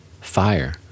fire